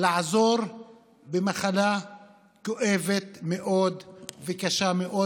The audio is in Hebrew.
לעזור במחלה כואבת מאוד וקשה מאוד,